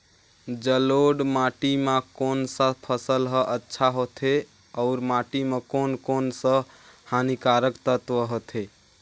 जलोढ़ माटी मां कोन सा फसल ह अच्छा होथे अउर माटी म कोन कोन स हानिकारक तत्व होथे?